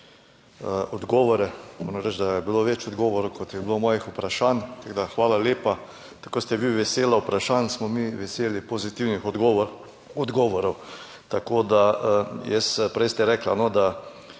odgovore. Moram reči, da je bilo več odgovorov, kot je bilo mojih vprašanj, tako da hvala lepa. Tako kot ste vi veseli vprašanj, smo mi veseli pozitivnih odgovorov. Prej ste rekli, da